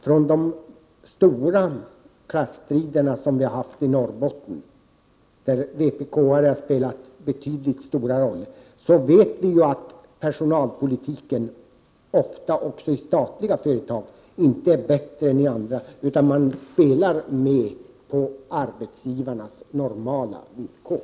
Från de stora klasstrider som vi haft i Norrbotten, där vpk-are spelat stor roll, vet vi att personalpolitiken i statliga företag ofta inte är bättre än i andra, utan att man spelar med på arbetsgivarnas normala villkor.